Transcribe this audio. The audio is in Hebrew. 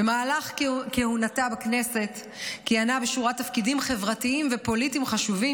במהלך כהונתה בכנסת כיהנה בשורת תפקידים חברתיים ופוליטיים חשובים,